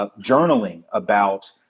ah journaling about,